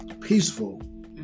peaceful